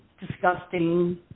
disgusting